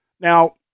Now